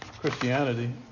Christianity